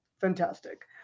Fantastic